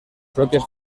propias